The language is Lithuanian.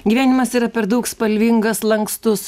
gyvenimas yra per daug spalvingas lankstus